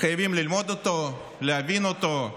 חייבים ללמוד אותו, להבין אותו,